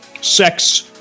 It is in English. Sex